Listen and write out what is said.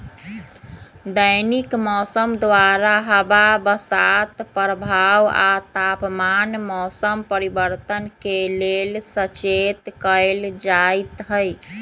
दैनिक मौसम द्वारा हवा बसात प्रवाह आ तापमान मौसम परिवर्तन के लेल सचेत कएल जाइत हइ